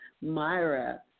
Myra